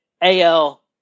AL